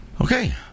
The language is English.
Okay